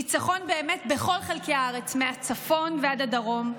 ניצחון בכל חלקי הארץ, מהצפון ועד הדרום,